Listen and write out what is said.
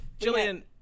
Jillian